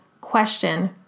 question